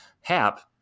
Hap